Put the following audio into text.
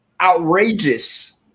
outrageous